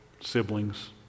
siblings